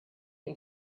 him